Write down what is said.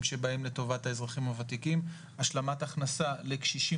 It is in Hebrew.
שבאים לטובת האזרחים הוותיקים השלמת הכנסה לקשישים